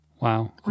Wow